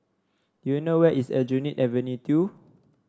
do you know where is Aljunied Avenue Two